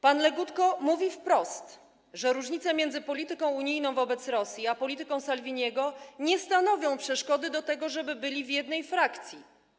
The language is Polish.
Pan Legutko mówi wprost, że różnice między polityką unijną wobec Rosji a polityką Salviniego nie stanowią przeszkody do tego, żeby byli w jednej frakcji.